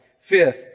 Fifth